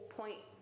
point